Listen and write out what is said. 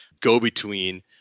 go-between